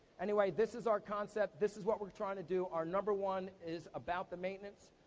anyway this is our concept, this is what we're trying to do. our number one is about the maintenance.